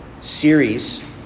series